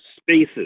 spaces